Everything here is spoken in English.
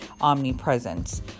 omnipresence